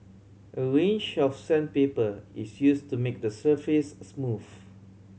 a range of sandpaper is use to make the surface smooth